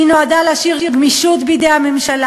היא נועדה להשאיר גמישות בידי הממשלה,